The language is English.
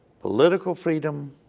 political freedom,